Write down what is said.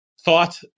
thought